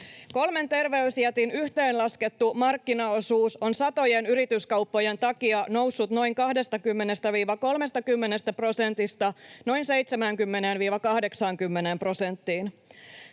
Kolmen terveysjätin yhteenlaskettu markkinaosuus on satojen yrityskauppojen takia noussut noin 20—30 prosentista noin 70—80 prosenttiin.